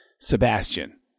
Sebastian